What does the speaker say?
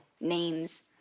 names